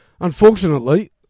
Unfortunately